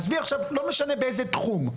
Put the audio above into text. לא משנה באיזה תחום,